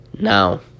Now